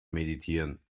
meditieren